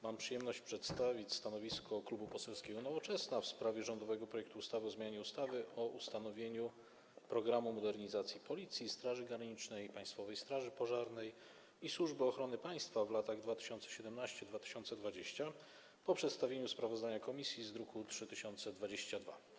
Mam przyjemność przedstawić stanowisko Klubu Poselskiego Nowoczesna w sprawie rządowego projektu ustawy o zmianie ustawy o ustanowieniu „Programu modernizacji Policji, Straży Granicznej, Państwowej Straży Pożarnej i Służby Ochrony Państwa w latach 2017-2020” po przedstawieniu sprawozdania komisji z druku nr 3022.